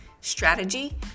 strategy